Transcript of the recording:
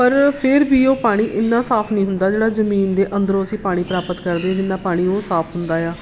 ਪਰ ਫਿਰ ਵੀ ਉਹ ਪਾਣੀ ਇੰਨਾ ਸਾਫ ਨਹੀਂ ਹੁੰਦਾ ਜਿਹੜਾ ਜਮੀਨ ਦੇ ਅੰਦਰੋਂ ਅਸੀਂ ਪਾਣੀ ਪ੍ਰਾਪਤ ਕਰਦੇ ਹਾਂ ਜਿੰਨਾ ਪਾਣੀ ਉਹ ਸਾਫ ਹੁੰਦਾ ਹੈ